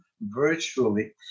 virtually